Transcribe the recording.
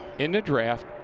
in the draft,